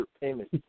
payment